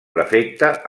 prefecte